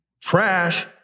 trash